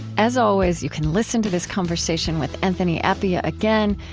as always, you can listen to this conversation with anthony appiah again,